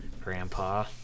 Grandpa